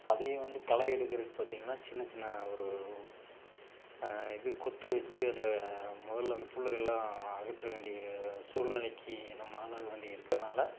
அதையும் வந்து களை எடுக்கிறதுக்கு பார்த்திங்கன்னா சின்ன சின்ன ஒரு இது கொத்து வச்சி அந்த முதல்ல புல்லுகள்லாம் அகற்ற வேண்டிய சூழ்நிலைக்கு நம்ம ஆளாக வேண்டி இருக்கிறதுனால